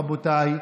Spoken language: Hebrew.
רבותיי,